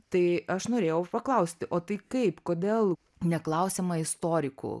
tai aš norėjau paklausti o tai kaip kodėl neklausiama istorikų